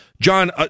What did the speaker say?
John